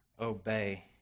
obey